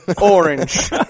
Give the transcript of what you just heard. orange